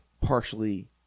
Partially